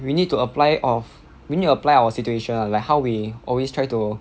we need to apply of we need to apply our situation ah like how we always try to